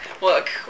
look